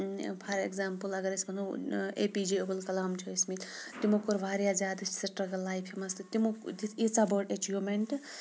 for example اگر أسۍ وَنو اے پی جے عبدالکلام چھِ ٲسۍ مٕتۍ تِمو کوٚر واریاہ زیادٕ سٹرٛگٕل لایفہِ منٛز تہٕ تِمو دِژ یٖژاہ بٔڈ ایچیٖومینٛٹ